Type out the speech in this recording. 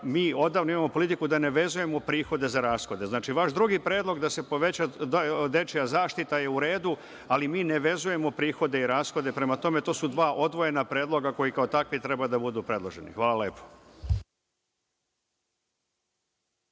mi odavno imamo politiku da ne vezujemo prihode za rashode. Znači, vaš drugi predlog da se poveća dečija zaštita je u redu, ali mi ne vezujemo prihode i rashode. Prema tome, to su dva odvojena predloga koji kao takvi treba da budu predloženi. Hvala